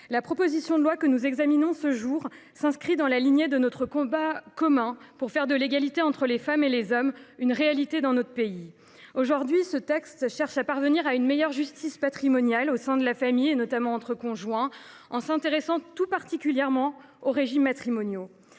la proposition de loi que nous examinons ce jour s’inscrit dans la lignée de notre combat commun pour faire de l’égalité entre les femmes et les hommes une réalité dans notre pays. Aujourd’hui, ce texte cherche à parvenir à une meilleure justice patrimoniale au sein de la famille, et notamment entre conjoints, en s’intéressant tout particulièrement aux régimes matrimoniaux.